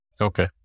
Okay